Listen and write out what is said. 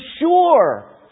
sure